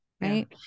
Right